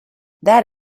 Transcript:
that